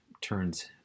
turns